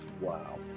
Wow